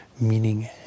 Meaning